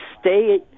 Stay